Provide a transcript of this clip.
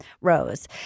rose